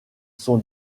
sont